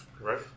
Right